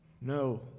no